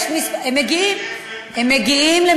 הם מגיעים למזרח,